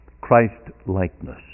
Christ-likeness